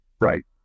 Right